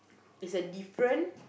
is a different